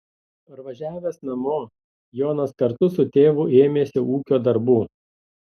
parvažiavęs namo jonas kartu su tėvu ėmėsi ūkio darbų